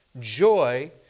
joy